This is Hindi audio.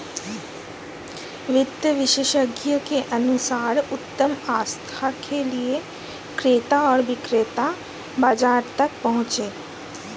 वित्त विशेषज्ञों के अनुसार उत्तम आस्था के लिए क्रेता और विक्रेता बाजार तक पहुंचे